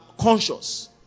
conscious